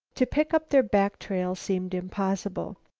to pick up their back trail seemed impossible.